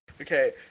Okay